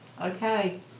Okay